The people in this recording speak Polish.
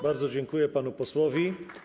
Bardzo dziękuję panu posłowi.